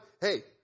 Hey